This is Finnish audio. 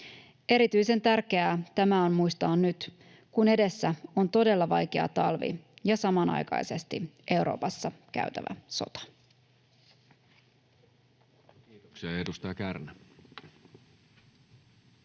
Erityisen tärkeää tämä on muistaa nyt, kun edessä on todella vaikea talvi ja samanaikaisesti Euroopassa käytävä sota. Kiitoksia. — Edustaja Kärnä.